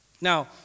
Now